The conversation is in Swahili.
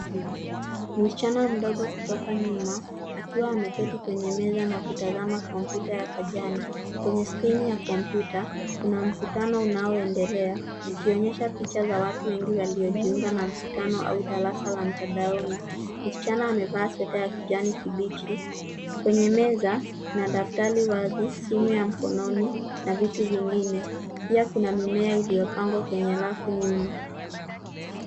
Msichana mdogo kutoka nyuma akiwa ameketi kwenye meza na kutazama kompyuta ya pajani. Kwenye skrini ya kompyuta kuna mkutano unaoendelea, ikionyesha picha za watu wengi waliojiunga na mkutano au darasa la mtandaoni. Msichana amevaa sweta ya kijani kibichi, kwenye meza na daftari wazi, simu ya mkononi na vitu vingine. Pia kuna mimea iliyopangwa kwenye rafu nyuma.